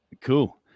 Cool